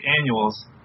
annuals